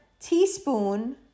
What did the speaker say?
teaspoon